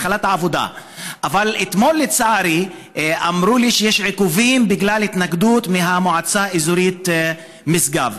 אבל אתמול לצערי אמרו לי שיש עיכובים בגלל התנגדות המועצה האזורית משגב.